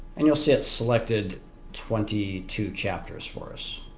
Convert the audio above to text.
and you'll see it selected twenty two chapters for us.